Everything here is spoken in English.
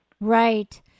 Right